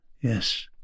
yes